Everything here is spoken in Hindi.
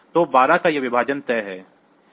तो 12 का यह विभाजन तय है